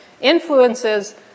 influences